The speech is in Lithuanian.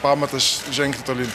pamatas žengti tolyn